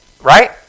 right